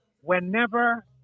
whenever